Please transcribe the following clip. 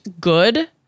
good